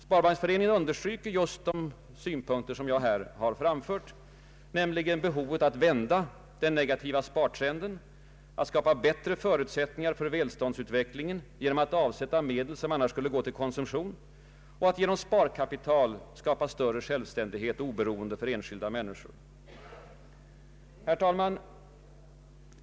Sparbanksföreningen understryker just de synpunkter som jag här har framfört, nämligen behovet av att vända den negativa spartrenden, att skapa bättre förutsättningar för välståndsutvecklingen genom att avsätta medel som annars skulle gå till konsumtion och att genom sparkapital skapa större självständighet och oberoende för enskilda människor. Herr talman!